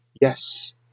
Yes